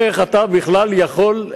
איך אתה בכלל יכול,